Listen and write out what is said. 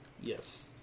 Yes